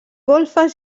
golfes